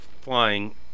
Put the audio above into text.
flying